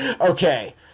okay